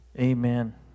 Amen